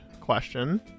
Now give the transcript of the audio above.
question